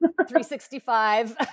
365